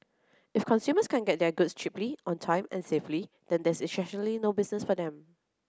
if consumers can't get their goods cheaply on time and safely then there's essentially no business for them